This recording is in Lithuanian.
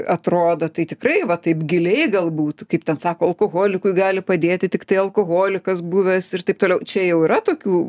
atrodo tai tikrai va taip giliai galbūt kaip ten sako alkoholikui gali padėti tik tai alkoholikas buvęs ir taip toliau čia jau yra tokių